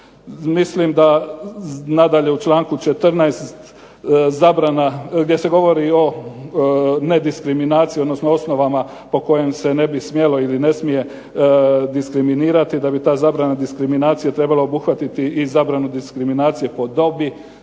Mislim da nadalje u članku 14. zabrana, gdje se govori o nediskriminaciji, odnosno osnovama po kojem se ne bi smjelo ili ne smije diskriminirati, da bi ta zabrana diskriminacije trebala obuhvatiti i zabranu diskriminacije po dobi,